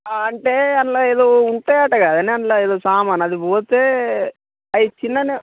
అంటే అందులో ఏదో ఉంటాయట కదనే అందులో ఏదో సామను అది పోతే అవి చిన్ననే